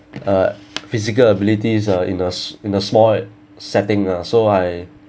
uh physical abilities uh in a small in a small setting ah so I